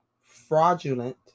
Fraudulent